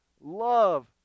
love